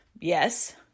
Yes